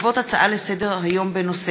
בעקבות דיון בהצעות לסדר-היום של